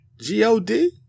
G-O-D